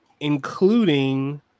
including